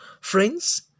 Friends